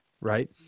Right